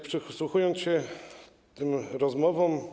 Przysłuchując się tym rozmowom.